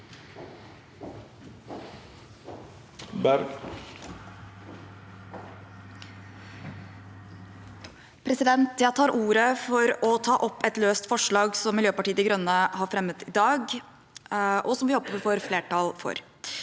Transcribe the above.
Jeg tar ordet for å ta opp et løst forslag som Miljøpartiet De Grønne har fremmet i dag, og som jeg håper vi får flertall for.